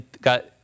got